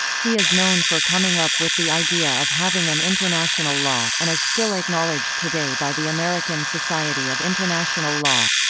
he is known for coming up with the idea of having an international law, and is still acknowledged today by the american society of international law.